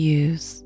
use